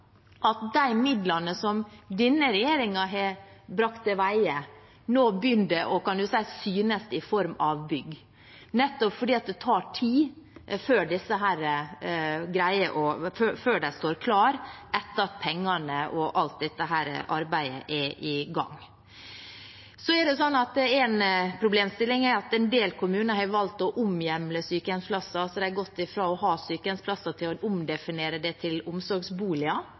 at de midlene som denne regjeringen har brakt til veie, begynner å – man kan si – synes i form av bygg, fordi det tar tid før de står klare etter at pengene er der og alt dette arbeidet er i gang. En problemstilling er at en del kommuner har valgt å omhjemle sykehjemsplasser. De har gått fra å ha sykehjemsplasser til å omdefinere det til omsorgsboliger,